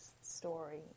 story